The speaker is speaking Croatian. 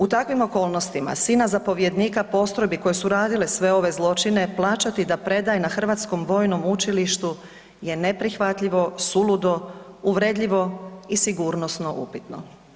U takvim okolnostima, sina zapovjednika postrojbi koje su radile sve ove zločine, plaćati da predaje na Hrvatskom vojnom učilištu je neprihvatljivo, suludo, uvredljivo i sigurnosno upitno.